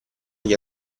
agli